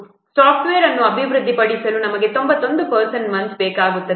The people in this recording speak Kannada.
ಸಾಫ್ಟ್ವೇರ್ ಅನ್ನು ಅಭಿವೃದ್ಧಿಪಡಿಸಲು ನಮಗೆ 91 ಪರ್ಸನ್ ಮಂತ್ಸ್ ಬೇಕಾಗುತ್ತವೆ